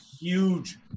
huge